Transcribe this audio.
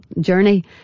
journey